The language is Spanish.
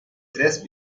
tres